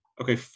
Okay